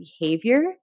behavior